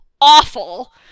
awful